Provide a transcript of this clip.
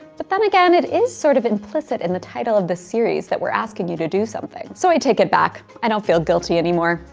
but then again, it is sort of implicit in the title of this series that we're asking you to do something. so i take it back. i don't feel guilty anymore.